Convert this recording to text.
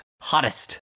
hottest